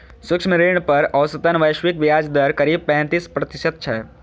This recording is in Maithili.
सूक्ष्म ऋण पर औसतन वैश्विक ब्याज दर करीब पैंतीस प्रतिशत छै